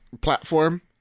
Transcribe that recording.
platform